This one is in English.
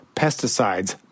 pesticides